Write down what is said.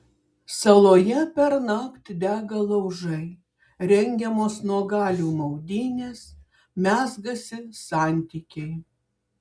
saloje pernakt dega laužai rengiamos nuogalių maudynės mezgasi santykiai